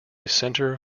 centre